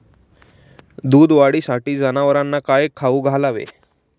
दूध वाढीसाठी जनावरांना काय खाऊ घालावे?